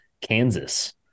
Kansas